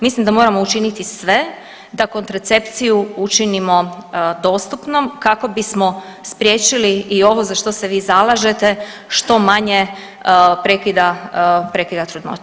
Mislim da moramo učiniti sve da kontracepciju učinimo dostupnom kako bismo spriječili i ovo za što se vi zalažete što manje prekida, prekida trudnoće.